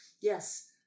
Yes